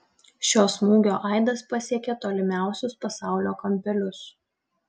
šio smūgio aidas pasiekė tolimiausius pasaulio kampelius